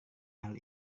hal